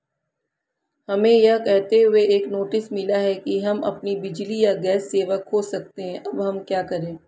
हमें यह कहते हुए एक नोटिस मिला कि हम अपनी बिजली या गैस सेवा खो सकते हैं अब हम क्या करें?